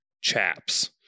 chaps